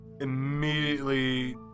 Immediately